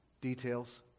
details